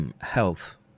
health